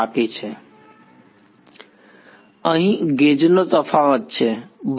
વિદ્યાર્થી અહીં ગેજનો તફાવત છે બરાબર